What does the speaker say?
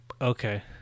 Okay